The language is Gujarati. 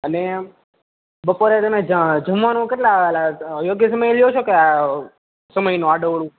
અને બપોરે તમે જ જમવાનું કેટલાં યોગ્ય સમયે લ્યો છો કે આ સમયનું આડુંઅવળું